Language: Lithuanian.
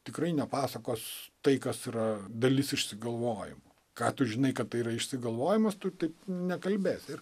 tikrai nepasakos tai kas yra dalis išsigalvojimų ką tu žinai kad tai yra išsigalvojimas tu taip nekalbėsi